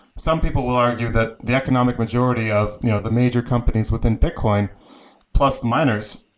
some people will argue that the economic majority of you know the major companies within bitcoin plus the miners,